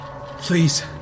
Please